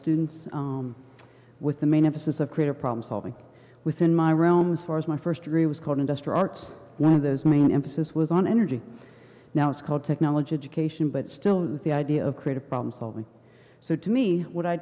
students with the main emphasis of creative problem solving within my realm as far as my first degree was called industrial arts one of those main emphasis was on energy now it's called technology education but still with the idea of creative problem solving so to me what i